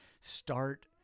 start